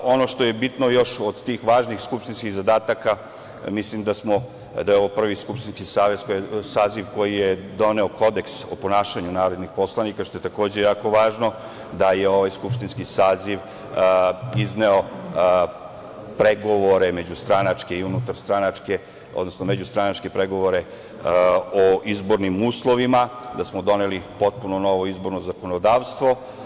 Ono što je još bitno od tih važnih skupštinskih zadataka, mislim da je ovo prvi skupštinski saziv koji je doneo Kodeks o ponašanju narodnih poslanika, što je, takođe jako važno, da je ovaj skupštinski saziv izneo, pregovore međustranačke i unutar stranačke, odnosno međustranačke pregovore o izbornim uslovima, da smo doneli potpuno novo izborno zakonodavstvo.